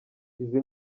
izi